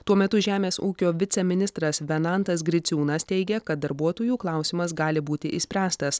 tuo metu žemės ūkio viceministras venantas griciūnas teigia kad darbuotojų klausimas gali būti išspręstas